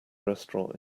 restaurant